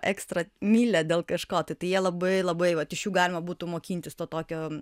ekstra mylią dėl kažko tai tai jie labai labai vat iš jų galima būtų mokintis to tokio